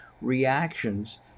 reactions